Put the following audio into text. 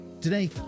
Today